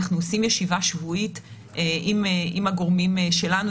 אנחנו עושים ישיבה שבועית עם הגורמים שלנו,